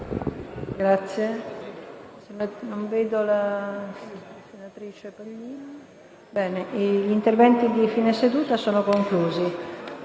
Grazie